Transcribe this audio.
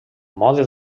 mode